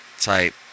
type